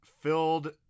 filled